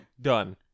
Done